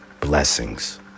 blessings